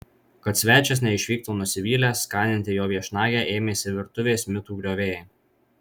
kad svečias neišvyktų nusivylęs skaninti jo viešnagę ėmėsi virtuvės mitų griovėjai